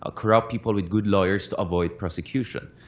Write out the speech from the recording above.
ah corrupt people with good lawyers to avoid prosecution.